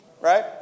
right